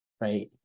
right